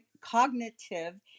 cognitive